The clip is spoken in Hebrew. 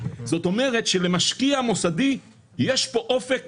זאת אומרת שלמשקיע מוסדי יש פה אופק